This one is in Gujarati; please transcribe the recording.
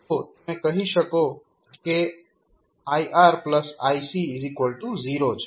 તો તમે કહી શકો કે iRiC0 છે